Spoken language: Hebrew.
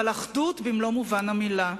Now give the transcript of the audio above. אבל אחדות במלוא מובן המלה: